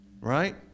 Right